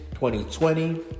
2020